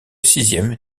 sixième